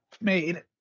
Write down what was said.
made